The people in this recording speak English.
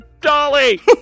dolly